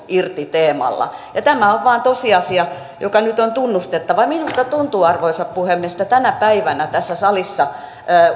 irti teemalla ja tämä on vaan tosiasia joka nyt on tunnustettava minusta tuntuu arvoisa puhemies että tänä päivänä tässä salissa